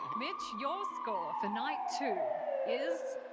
mitch, your score for night two is.